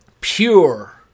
pure